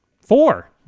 Four